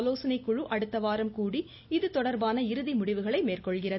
ஆலோசனைக் குழு அடுத்தவாரம் கூடி இதுதொடா்பான இறுதி முடிவுகளை மேற்கொள்கிறது